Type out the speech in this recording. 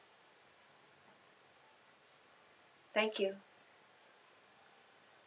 thank you